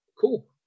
cool